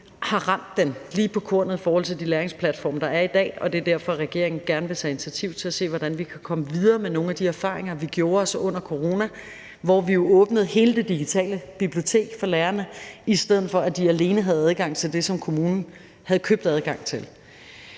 har ramt den lige på kornet i forhold til de læringsplatforme, der er i dag, og det er derfor, at regeringen gerne vil tage initiativ til at se på, hvordan vi kan komme videre med nogle af de erfaringer, vi gjorde os under corona, hvor vi jo åbnede hele det digitale bibliotek for lærerne, i stedet for at de alene havde adgang til det, som kommunen havde købt adgang til.